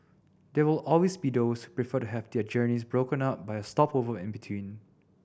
there will always be those prefer to have their journeys broken up by a stopover in between